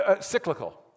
cyclical